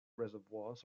reservoirs